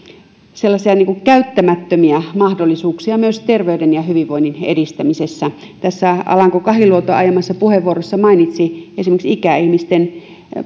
sellaisia käyttämättömiä mahdollisuuksia myös terveyden ja hyvinvoinnin edistämisessä tässä alanko kahiluoto aiemmassa puheenvuorossa mainitsi esimerkiksi ikäihmisten